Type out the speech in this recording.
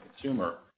consumer